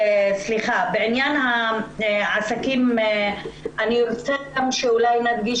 בעניין העסקים אני רוצה גם שאולי נדגיש